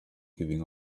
giving